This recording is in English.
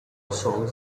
songs